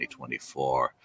2024